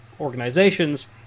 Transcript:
organizations